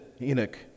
Enoch